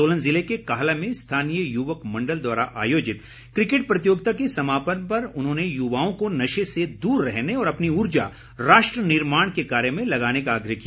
सोलन ज़िले के काहला में स्थानीय युवक मंडल द्वारा आयोजित क्रिकेट प्रतियोगिता के समापन पर उन्होंने युवाओं को नशे से दूर रहने और अपनी ऊर्जा राष्ट्र निर्माण के कार्य में लगाने का आग्रह किया